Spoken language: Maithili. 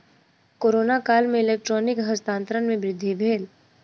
कोरोना काल में इलेक्ट्रॉनिक हस्तांतरण में वृद्धि भेल